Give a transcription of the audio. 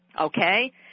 okay